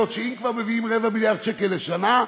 שאם כבר מביאים רבע מיליארד שקל לשנה,